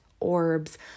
orbs